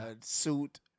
suit